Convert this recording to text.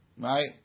Right